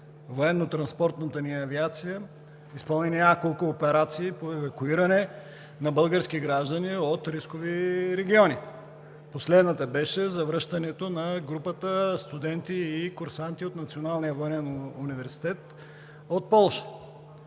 военно-транспортната ни авиация изпълни няколко операции по евакуиране на български граждани от рискови региони. Последната беше завръщането на групата студенти и курсанти от Националния военен университет от Полша.